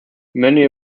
many